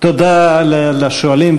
תודה לשואלים,